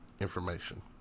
information